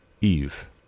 Eve